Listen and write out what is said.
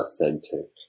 authentic